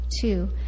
two